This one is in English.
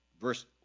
verse